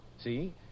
See